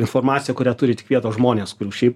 informaciją kurią turi tik vietos žmonės kurių šiaip